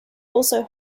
also